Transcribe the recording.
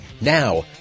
Now